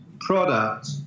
product